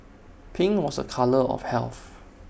pink was A colour of health